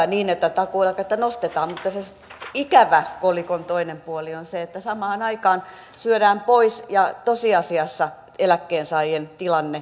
hyvä niin että takuueläkettä nostetaan mutta se ikävä kolikon toinen puoli on se että samaan aikaan syödään pois ja tosiasiassa eläkkeensaajien tilanne heikkenee